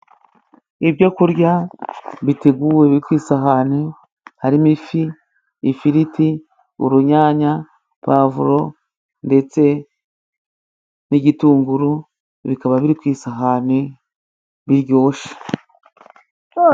Ibyo kurya biteguwe biri ku isahani, harimo ifi, ifiriti, urunyanya, pavuro, ndetse n'igitunguru, bikaba biri ku isahani, biryoshye.